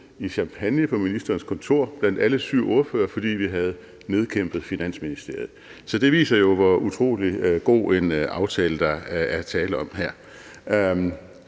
i champagne på ministerens kontor blandt alle syv ordførere, fordi vi havde nedkæmpet Finansministeriet. Så det viser jo, hvor utrolig god en aftale der er tale om her.